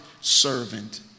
servant